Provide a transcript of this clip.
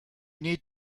need